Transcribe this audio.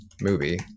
movie